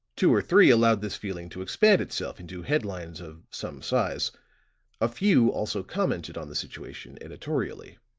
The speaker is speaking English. two or three allowed this feeling to expand itself into headlines of some size a few also commented on the situation editorially.